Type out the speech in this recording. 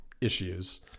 issues